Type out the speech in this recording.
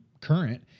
current